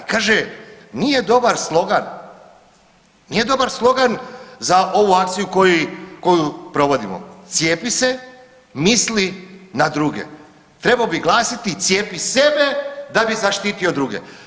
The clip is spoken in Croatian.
Kaže nije dobar slogan, nije dobar slogan za ovu akciju koji koju provodimo „Cijepi se, misli na druge“, trebao bi glasiti „Cijepi sebe da bi zaštitio druge“